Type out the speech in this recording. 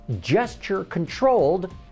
gesture-controlled